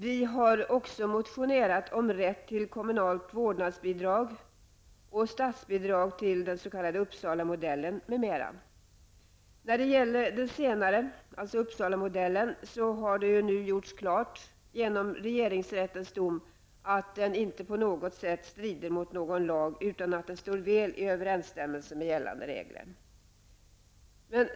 Vi har också motionerat om rätt till kommunalt vårdnadsbidrag och statsbidrag till den s.k. Uppsalamodellen har det nu gjorts klart genom regeringsrättens dom att den inte på något sätt strider mot någon lag utan att den står väl i överensstämmelse med gällande regler.